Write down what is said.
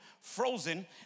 frozen